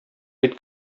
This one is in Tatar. бит